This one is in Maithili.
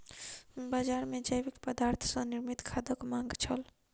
बजार मे जैविक पदार्थ सॅ निर्मित खादक मांग छल